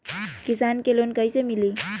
किसान के लोन कैसे मिली?